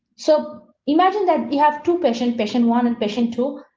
so imagine that you have two patient patient one and patient two.